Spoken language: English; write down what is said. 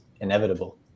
inevitable